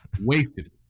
wasted